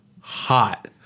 hot